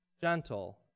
gentle